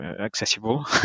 accessible